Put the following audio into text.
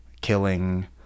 killing